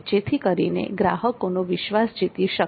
જેથી કરીને ગ્રાહકોનો વિશ્વાસ જીતી શકાય